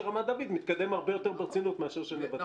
רמת דוד מתקדם הרבה יותר ברצינות מאשר של נבטים.